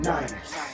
Niners